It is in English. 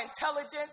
intelligence